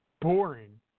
boring